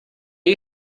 are